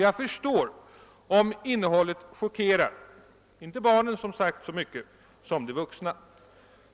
Jag förstår om innehållet chockerar, som sagt, inte så mycket barnen som de vuxna.